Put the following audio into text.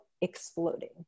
exploding